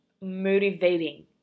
motivating